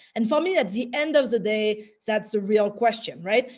and for me, at the end of the day, that's a real question, right?